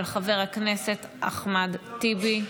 של חבר הכנסת אחמד טיבי.